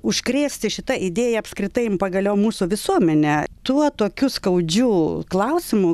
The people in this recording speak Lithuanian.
bet užkrėsti šita idėja apskritai pagaliau mūsų visuomenę tuo tokiu skaudžiu klausimu